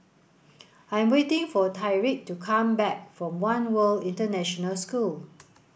I am waiting for Tyrik to come back from One World International School